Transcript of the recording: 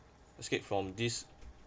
escape from this